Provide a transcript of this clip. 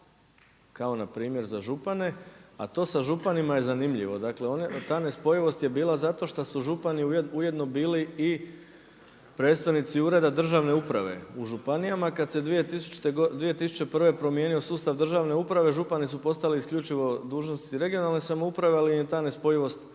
kao npr. za župane. A to sa županima je zanimljivo. Dakle, ta nespojivost je bila zato što su župani ujedno bili i predstavnici Ureda državne uprave u županijama. Kad se 2001. promijenio sustav državne uprave župani su postali isključivo dužnosnici regionalne samouprave ali im je ta nespojivost ostala.